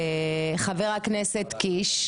חבר הכנסת קיש,